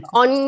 on